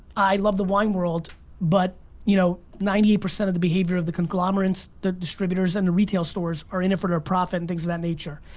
i love the wine world but you know, ninety eight percent of the behavior of the conglomerates, the distributors, and the retail stores are in it for their profit and things of that nature.